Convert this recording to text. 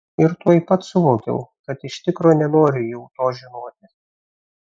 ir tuoj pat suvokiau kad iš tikro nenoriu jau to žinoti